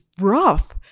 rough